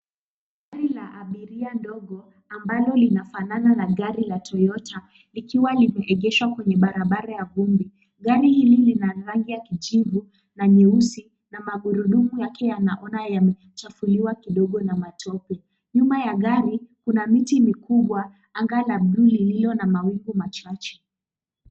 Gari la abiria ndogo ambalo linafanana na gari la toyota ikiwa limeegeshwa kwenye barabara ya vumbi. Gari hili lina rangi ya kijivu na nyeusi na magurudumu yake yanaona yamechafuliwa kidogo na matope. Nyuma ya gari kuna miti mikubwa. Anga la buluu lililo na mawingu machache.